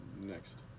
next